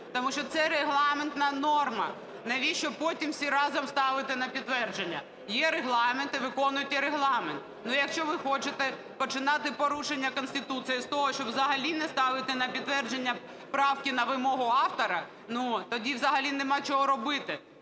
тому що це регламентна норма. Навіщо потім всі разом ставити на підтвердження? Є Регламент, і виконуйте Регламент. Ну, якщо ви хочете починати порушення Конституції з того, щоб взагалі не ставити на підтвердження правки на вимогу автора, тоді взагалі немає чого роботи,